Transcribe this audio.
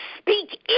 speak